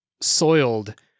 soiled